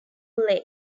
lane